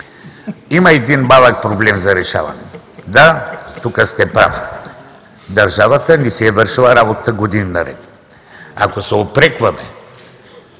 Има един малък проблем за решаване. Да, тук сте прав – държавата не си е вършила работата години наред. Ако се упрекваме